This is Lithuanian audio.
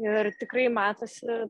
ir tikrai matosi